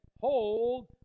hold